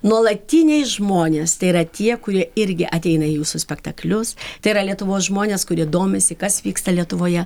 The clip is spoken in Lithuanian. nuolatiniai žmonės tai yra tie kurie irgi ateina į jūsų spektaklius tai yra lietuvos žmonės kurie domisi kas vyksta lietuvoje